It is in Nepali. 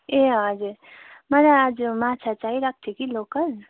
ए हजुर मलाई आज माछा चाहिरहेको थियो कि लोकल